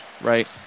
Right